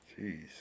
jeez